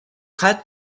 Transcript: had